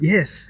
Yes